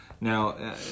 Now